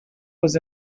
was